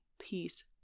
peace